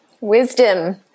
wisdom